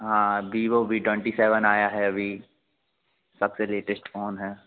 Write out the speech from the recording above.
हाँ Vivo V twenty seven आया है अभी सबसे लेटेश्ट फोन है